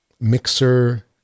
Mixer